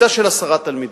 כיתה של עשרה תלמידים,